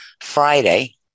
Friday